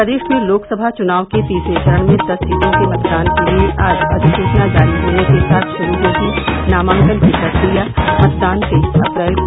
प्रदेश में लोकसभा चुनाव के तीसरे चरण में दस सीटों के मतदान के लिए आज अधिसूचना जारी होने के साथ शुरू होगी नामांकन की प्रक्रिया मतदान तेइस अप्रैल को